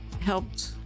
helped